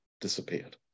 disappeared